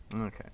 Okay